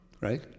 Right